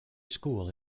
school